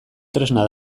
tresna